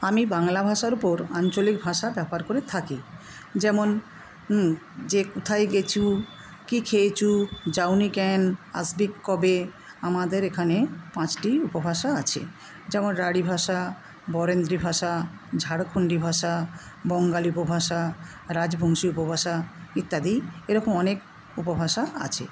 আমি বাংলা ভাষার উপর আঞ্চলিক ভাষা ব্যবহার করে থাকি যেমন যে কোথায় গেচু কী খেয়েচু যাও নি ক্যান আসবিক কবে আমাদের এখানে পাঁচটি উপভাষা আছে যেমন রাঢ়ী ভাষা বরেন্দ্রী ভাষা ঝাড়খণ্ডী ভাষা বঙ্গালী উপভাষা রাজবংশী উপভাষা ইত্যাদি এরকম অনেক উপভাষা আছে